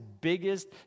biggest